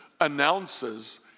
announces